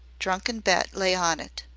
drunken bet lay on it,